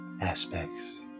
aspects